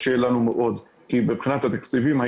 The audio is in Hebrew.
מבחינת התקציבים,